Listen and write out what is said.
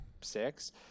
six